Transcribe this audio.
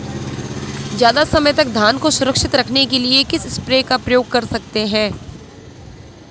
ज़्यादा समय तक धान को सुरक्षित रखने के लिए किस स्प्रे का प्रयोग कर सकते हैं?